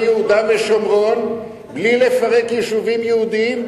יהודה ושומרון בלי לפרק יישובים יהודיים?